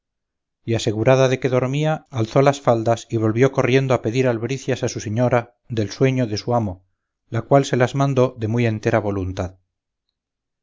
y asegurada de que dormía alzó las faldas y volvió corriendo a pedir albricias a su señora del sueño de su amo la cual se las mandó de muy entera voluntad